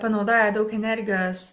panaudoja daug energijos